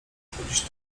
chodzić